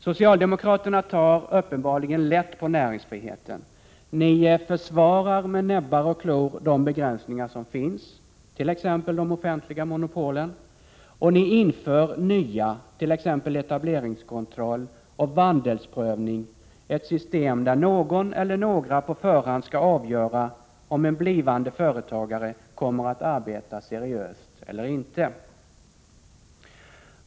Socialdemokraterna tar uppenbarligen lätt på näringsfriheten. Ni försvarar med näbbar och klor de begränsningar som finns, t.ex. de offentliga monopolen. Och ni inför nya begränsningar, t.ex. etableringskontroll och vandelsprövning, ett system där någon eller några på förhand skall avgöra om en blivande företagare kommer att arbeta seriöst eller inte.